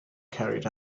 carried